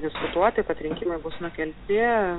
diskutuoti kad rinkimai bus nukelti